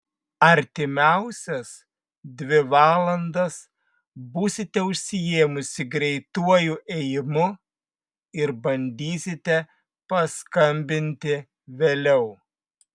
artimiausias dvi valandas būsite užsiėmusi greituoju ėjimu ir bandysite paskambinti vėliau